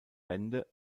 wende